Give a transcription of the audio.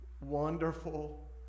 wonderful